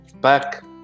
back